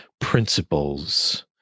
principles